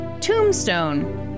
tombstone